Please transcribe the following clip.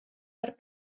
per